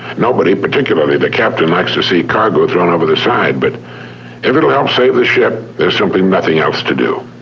nobody, particularly the captain, likes to see cargo thrown over the side, but if it'll help save the ship, there's simply nothing else to do.